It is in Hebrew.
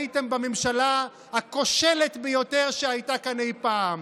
הייתם בממשלה הכושלת ביותר שהייתה כאן אי פעם.